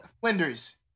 Flinders